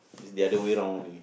is the other way round only